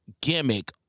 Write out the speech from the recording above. gimmick